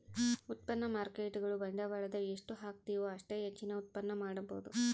ಉತ್ಪನ್ನ ಮಾರ್ಕೇಟ್ಗುಳು ಬಂಡವಾಳದ ಎಷ್ಟು ಹಾಕ್ತಿವು ಅಷ್ಟೇ ಹೆಚ್ಚಿನ ಉತ್ಪನ್ನ ಮಾಡಬೊದು